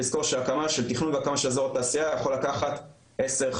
צריך לזכור שתכנון והקמה של אזור התעשייה יכול לקחת עשר,